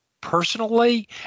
personally